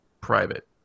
private